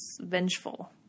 vengeful